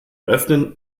öffnen